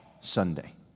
Sunday